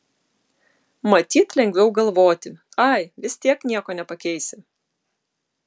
matyt lengviau galvoti ai vis tiek nieko nepakeisi